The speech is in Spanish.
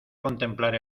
contemplar